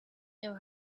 know